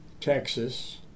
Texas